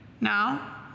Now